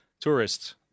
Tourists